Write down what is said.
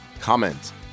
comment